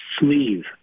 sleeve